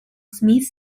smith